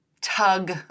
tug